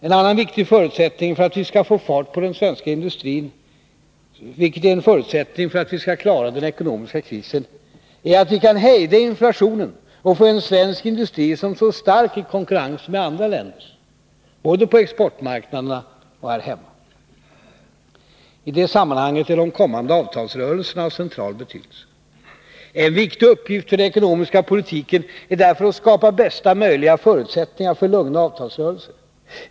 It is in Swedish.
En annan viktig förutsättning för att vi skall få fart på den svenska industrin, vilket är en förutsättning för att vi skall klara den ekonomiska krisen, är att vi kan hejda inflationen och få en svensk industri som står stark i konkurrensen med andra länders industri, både på exportmarknaderna och här hemma. I det sammanhanget är de kommande avtalsrörelserna av central betydelse. En viktig uppgift för den ekonomiska politiken är därför att skapa bästa möjliga förutsättningar för lugna avtalsrörelser.